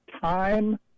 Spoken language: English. time